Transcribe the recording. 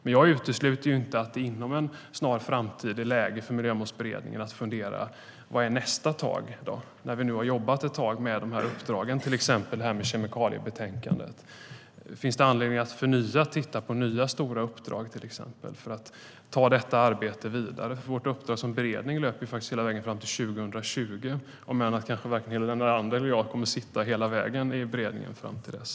Men jag utesluter inte att det inom en snar framtid är läge för Miljömålsberedningen att fundera på vad som är nästa tag när vi nu har jobbat ett tag med dessa uppdrag, till exempel kemikaliebetänkandet. Finns det anledning att till exempel titta på nya stora uppdrag för att ta detta arbete vidare? Vårt uppdrag som beredning löper faktiskt hela vägen fram till 2020 även om kanske varken Helena Leander eller jag kommer att sitta med i beredningen fram till dess.